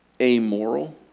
amoral